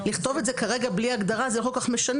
לכתוב את זה כרגע בלי ההגדרה זה לא כל כך משנה,